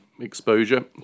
exposure